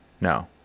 no